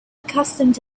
accustomed